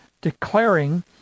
declaring